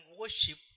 worship